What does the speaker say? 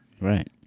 right